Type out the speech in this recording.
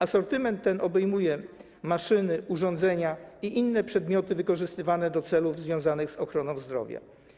Asortyment ten obejmuje maszyny, urządzenia i inne przedmioty wykorzystywane do celów związanych z ochroną zdrowia.